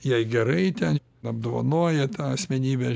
jei gerai ten apdovanoja tą asmenybę